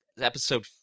episode